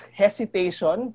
hesitation